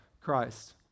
Christ